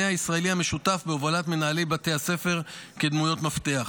הישראלי המשותף בהובלת מנהלי בתי הספר כדמויות מפתח.